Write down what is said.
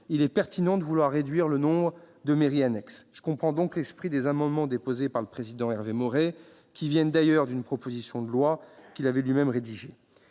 il est pertinent de vouloir réduire le nombre de mairies annexes. Je comprends donc l'esprit des amendements déposés par le président Hervé Maurey, d'ailleurs issus d'une proposition de loi qu'il avait rédigée.